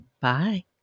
Bye